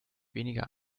weniger